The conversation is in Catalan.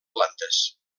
plantes